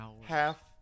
half